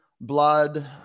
blood